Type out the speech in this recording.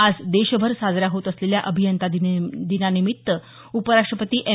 आज देशभर साजऱ्या होत असलेल्या अभियंता दिनानिमित्त उपराष्ट्रपति एम